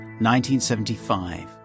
1975